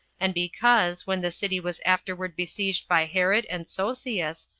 and because, when the city was afterward besieged by herod and sosius,